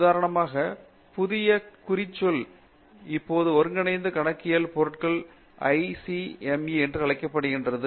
உதாரணமாக புதிய குறிச்சொல் இப்போது ஒருங்கிணைந்த கணக்கியல் பொருட்கள் பொறியியல் என்று அழைக்கப்படுகிறது